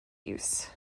use